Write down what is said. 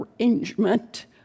arrangement